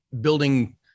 building